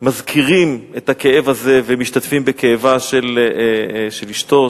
מזכירים את הכאב הזה ומשתתפים בכאבה של אשתו,